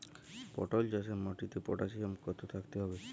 পটল চাষে মাটিতে পটাশিয়াম কত থাকতে হবে?